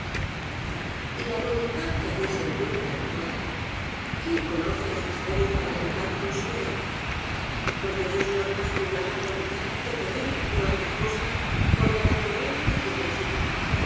y la voluntad que allí se encuentra no muere quién conoce los misterios de la voluntad con su vigor porque dios no es más que una gran voluntad que penetra todas las cosas por la naturaleza de su intensidad